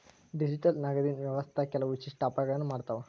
digital ನಗದಿನ್ ವ್ಯವಸ್ಥಾ ಕೆಲವು ವಿಶಿಷ್ಟ ಅಪಾಯಗಳನ್ನ ಮಾಡತಾವ